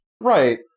Right